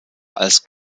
als